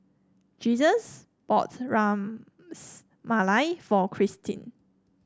Jesus bought Rams Malai for Kristine